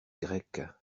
grecs